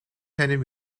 handed